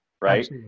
right